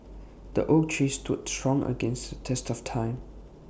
the oak tree stood strong against the test of time